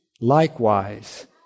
likewise